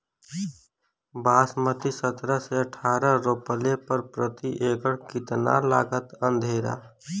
बासमती सत्रह से अठारह रोपले पर प्रति एकड़ कितना लागत अंधेरा?